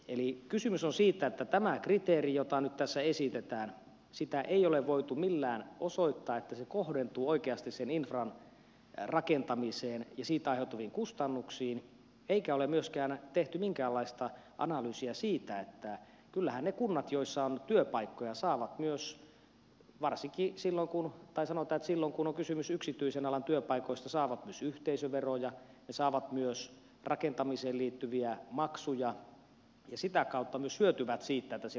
eli kysymys on siitä että tämän kriteerin osalta jota nyt tässä esitetään ei ole voitu millään osoittaa että se kohdentuu oikeasti sen infran rakentamiseen ja siitä aiheutuviin kustannuksiin eikä ole myöskään tehty minkäänlaista analyysia siitä että kyllähän ne kunnat joissa on työpaikkoja saavat myös silloin kun on kysymys yksityisen alan työpaikoista yhteisöveroja ne saavat myös rakentamiseen liittyviä maksuja ja sitä kautta myös hyötyvät siitä että siellä on työpaikkoja